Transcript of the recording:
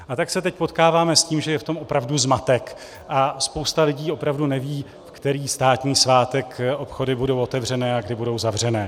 A tak se teď potkáváme s tím, že je v tom opravdu zmatek a spousta lidí opravdu neví, ve který státní svátek obchody budou otevřené a kdy budou zavřené.